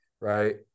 right